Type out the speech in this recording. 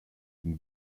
une